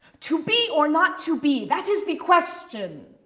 to be or not to be, that is the question.